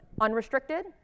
unrestricted